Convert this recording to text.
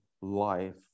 life